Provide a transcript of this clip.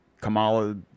Kamala